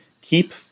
keep